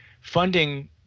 funding